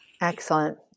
Excellent